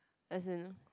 as in